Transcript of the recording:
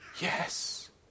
yes